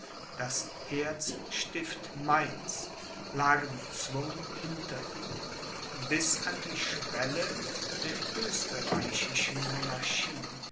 das erzstift mainz lagen bezwungen hinter ihm bis an die schwelle der österreichischen monarchie